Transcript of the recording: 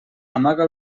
amaga